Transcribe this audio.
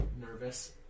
nervous